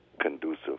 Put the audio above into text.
conducive